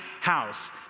house